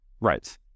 Right